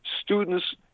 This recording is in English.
students